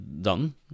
done